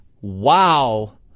wow